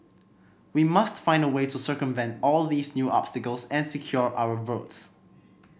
we must find a way to circumvent all these new obstacles and secure our votes